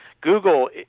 Google